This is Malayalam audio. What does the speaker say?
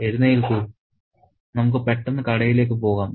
എഴുന്നേൽക്കൂ നമുക്ക് പെട്ടെന്ന് കടയിലേക്ക് പോകാം